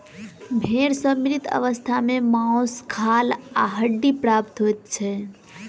भेंड़ सॅ मृत अवस्था मे मौस, खाल आ हड्डी प्राप्त होइत छै